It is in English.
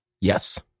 Yes